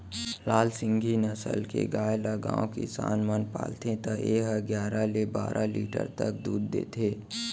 लाल सिंघी नसल के गाय ल गॉँव किसान मन पालथे त ए ह गियारा ले बारा लीटर तक दूद देथे